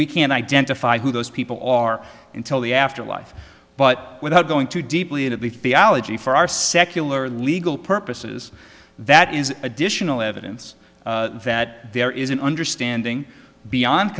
we can identify who those people are until the afterlife but without going too deeply into the theology for our secular legal purposes that is additional evidence that there is an understanding beyond